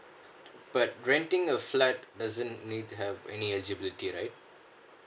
but renting a flat doesn't need to have any eligibility right